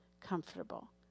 comfortable